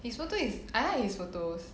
his photo is I like his photos